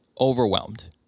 overwhelmed